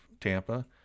Tampa